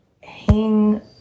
hang